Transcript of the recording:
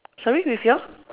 sorry with your